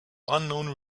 unknown